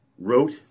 Wrote